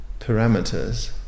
parameters